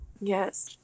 Yes